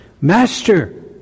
Master